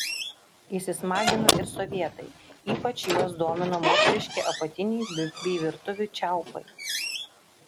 įsismagino ir sovietai ypač juos domino moteriški apatiniai bei virtuvių čiaupai